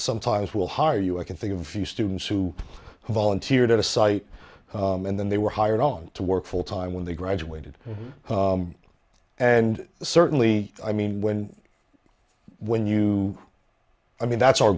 sometimes will hire you i can think of a few students who volunteered at a site and then they were hired on to work full time when they graduated and certainly i mean when when you i mean that's our